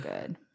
good